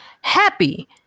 happy